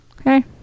Okay